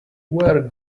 where